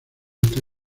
esta